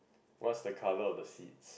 what's the colour of the seat